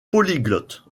polyglotte